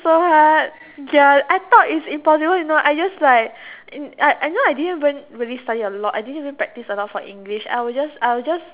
so hard ya I thought its impossible you know I just like I know I didn't even really study a lot I didn't even practise a lot for English I was just I was just